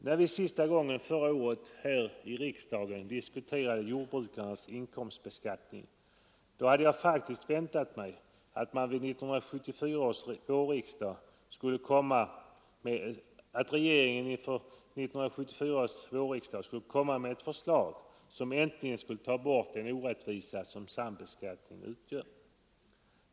När vi sista gången förra året här i riksdagen diskuterade jordbrukarnas inkomstbeskattning väntade jag mig faktiskt att regeringen vid 1974 års vårriksdag skulle komma med ett förslag, som äntligen skulle ta bort den orättvisa som sambeskattningen utgör.